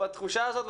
בתחושה הזאת,